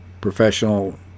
professional